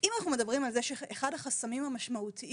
אם אנחנו מדברים על זה שאחד החסמים המשמעותיים